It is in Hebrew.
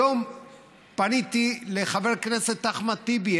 היום פניתי לחבר כנסת אחמד טיבי,